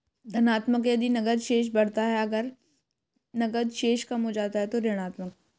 धनात्मक यदि नकद शेष बढ़ता है, अगर नकद शेष कम हो जाता है तो ऋणात्मक